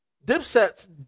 Dipset's